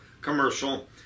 commercial